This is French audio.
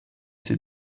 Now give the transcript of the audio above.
ses